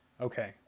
Okay